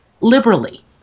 liberally